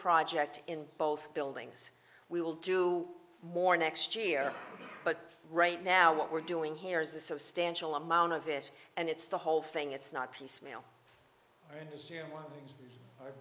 project in both buildings we will do more next year but right now what we're doing here is a substantial amount of it and it's the whole thing it's not piecemeal